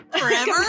forever